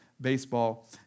baseball